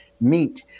meet